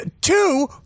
Two